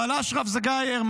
או על אשרף זגייר,